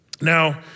Now